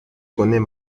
connais